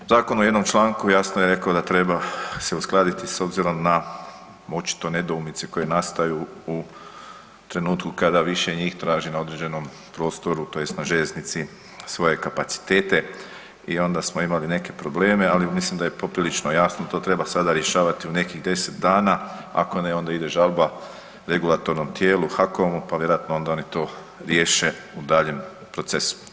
Zakon u jednom članku jasno je rekao da treba se uskladiti s obzirom na očito nedoumice koje nastaju kada više njih traži na određenom prostoru tj. na željeznici svoje kapacitete i onda smo imali neke probleme, ali mislim da je poprilično jasno to treba sada rješavati u nekih 10 dana, ako ne onda ide žalba regulatornom tijelu HACOM-u pa vjerojatno onda oni to riješe u daljem procesu.